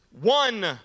one